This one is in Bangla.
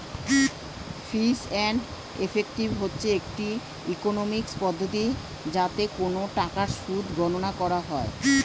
ফিস অ্যান্ড ইফেক্টিভ হচ্ছে একটি ইকোনমিক্স পদ্ধতি যাতে কোন টাকার সুদ গণনা করা হয়